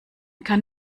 kann